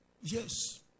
yes